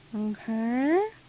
Okay